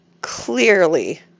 clearly